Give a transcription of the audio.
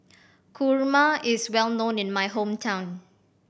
kurma is well known in my hometown